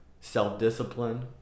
self-discipline